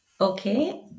Okay